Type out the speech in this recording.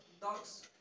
dogs